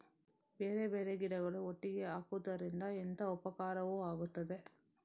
ಬೇರೆ ಬೇರೆ ಗಿಡಗಳು ಒಟ್ಟಿಗೆ ಹಾಕುದರಿಂದ ಎಂತ ಉಪಕಾರವಾಗುತ್ತದೆ?